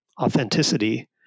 authenticity